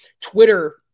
Twitter